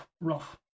rough